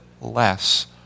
less